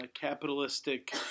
capitalistic